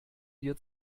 wir